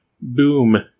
boom